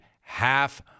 half